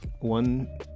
one